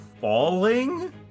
falling